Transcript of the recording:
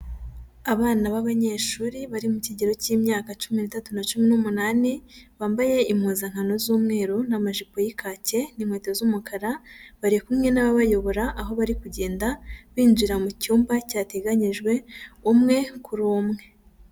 Abana b'abanyeshuri bari mu kigero cy'imyaka cumi n'itatu na cumi n'umunani, bambaye impuzankano z'umweru n'amajipo y'ikake n'inkweto z'umukara, bari kumwe n'ababayobora aho bari kugenda binjira mu cyumba cyateganyijwe umwe kuri umwe.